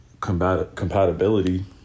compatibility